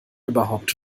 überhaupt